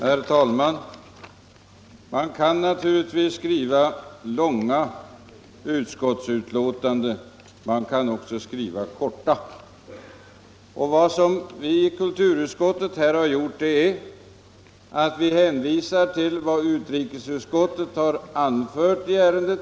Herr talman! Man kan naturligtvis skriva långa utskottsbetänkanden, men man kan också skriva korta. Vad vi i kulturutskottet gjort är att vi har hänvisat till vad utrikesutskottet anfört i detta ärende.